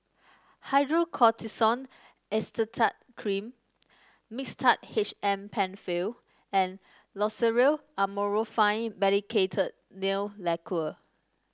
Hydrocortisone Cream Mixtard H M Penfill and Loceryl Amorolfine Medicated Nail Lacquer